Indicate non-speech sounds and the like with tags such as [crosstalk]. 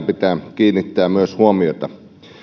[unintelligible] pitää kiinnittää myös huomiota